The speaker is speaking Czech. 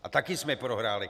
A taky jsme prohráli.